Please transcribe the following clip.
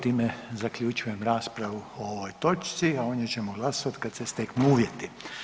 Time zaključujem raspravu o ovoj točci, a o njoj ćemo glasovati kad se steknu uvjeti.